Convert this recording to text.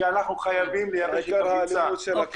כי אנחנו חייבים לייבש את הביצה.